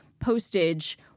postage